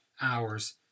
hours